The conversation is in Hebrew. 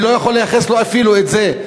אני לא יכול לייחס לו אפילו את זה.